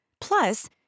Plus